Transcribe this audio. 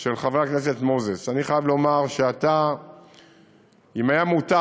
של חבר הכנסת מוזס, אני חייב לומר שאם היה מותר